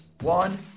One